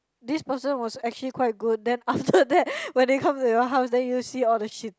this person was actually quite good then after that when they come to your house then you see all the shit